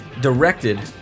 directed